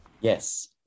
Yes